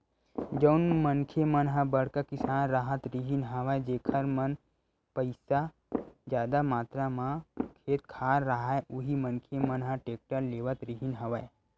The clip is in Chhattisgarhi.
जउन मनखे मन ह बड़का किसान राहत रिहिन हवय जेखर मन घर जादा मातरा म खेत खार राहय उही मनखे मन ह टेक्टर लेवत रिहिन हवय